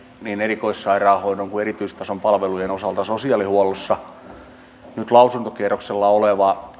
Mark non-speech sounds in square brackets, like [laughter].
niin erikoissairaanhoidon osalta kuin erityistason palvelujen osalta sosiaalihuollossa nyt lausuntokierroksella oleva [unintelligible]